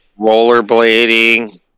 rollerblading